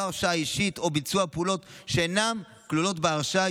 הרשאה אישית או ביצוע פעולות שאינן כלולות בהרשאה,